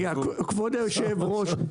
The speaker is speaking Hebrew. כבוד יושב הראש,